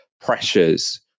pressures